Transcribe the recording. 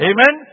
Amen